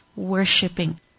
worshipping